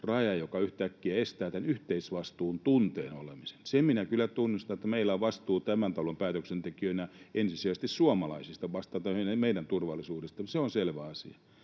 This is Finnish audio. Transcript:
rajaa, joka yhtäkkiä estää tämän yhteisvastuun tunteen olemisen. Sen minä kyllä tunnustan, että meillä tämän talon päätöksentekijöinä on vastuu ensisijaisesti suomalaisista, vastuu meidän turvallisuudesta. Se on selvä asia.